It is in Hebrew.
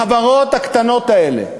החברות הקטנות האלה,